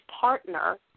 partner